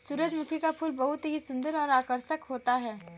सुरजमुखी का फूल बहुत ही सुन्दर और आकर्षक होता है